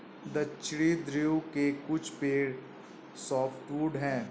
दक्षिणी ध्रुव के कुछ पेड़ सॉफ्टवुड हैं